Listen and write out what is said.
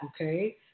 okay